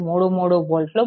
33 వోల్ట్లు మరియు v2 5